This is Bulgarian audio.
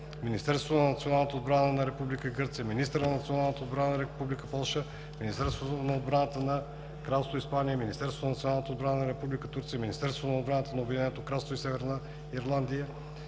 Министерството на националната отбрана на Република Гърция, министъра на националната отбрана на Република Полша, Министерството на отбраната на Кралство Испания, Министерството на националната отбрана на Република Турция, Министерството на отбраната на Обединено кралство Великобритания и Северна Ирландия,